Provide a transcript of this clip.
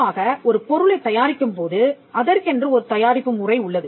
பொதுவாக ஒரு பொருளைத் தயாரிக்கும் போது அதற்கென்று ஒரு தயாரிப்பு முறை உள்ளது